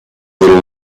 little